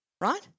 right